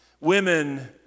Women